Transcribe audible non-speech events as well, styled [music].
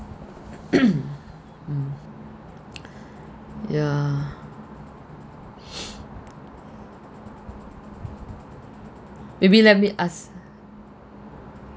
[coughs] mm yeah [breath] maybe let me ask